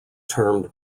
termed